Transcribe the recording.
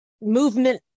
movement